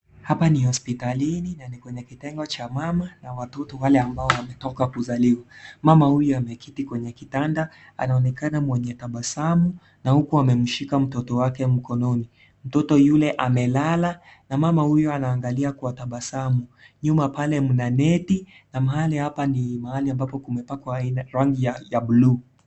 Hapa ni hospitalini na ni kwenye kitengo cha mama na watoto wale ambao wametoka kuzaliwa, mama huyu ameketi kwenye kitanda anaonekana mwenye tabasamu, na huku amemshika mtoto wake mkononi, mtoto yule amelala na mama huyu anaangalia kwa tabasamu, nyuma pale mna neti na mahali hapa ni mahali ambapo kumepakwa ile rangi ya bluu .